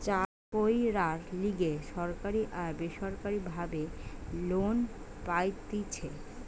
চাষ কইরার লিগে সরকারি আর বেসরকারি ভাবে লোন পাইতেছি